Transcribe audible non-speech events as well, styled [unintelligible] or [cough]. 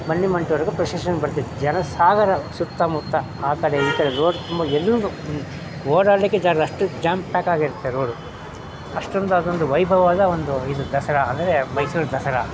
ಬಂಡಿಮಂಟಪ್ವರ್ಗು procession ಬರ್ತಿತ್ತು ಜನ ಸಾಗರ ಸುತ್ತಮುತ್ತ ಆ ಕಡೆ ಈ ಕಡೆ ರೋಡ್ ತುಂಬ ಎಲ್ಲೆಲ್ಲು ಓಡಾಡಲಿಕ್ಕೆ ಜಾ [unintelligible] ಅಷ್ಟು ಜಾಮ್ ಪ್ಯಾಕ್ ಆಗಿರುತ್ತೆ ರೋಡು ಅಷ್ಟೊಂದು ಅದೊಂದು ವೈಭವ ಅದು ಒಂದು ಇದು ದಸರಾ ಅಂದರೆ ಮೈಸೂರು ದಸರಾ